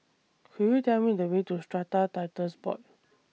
Could YOU Tell Me The Way to Strata Titles Board